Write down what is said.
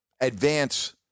advance